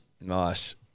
Nice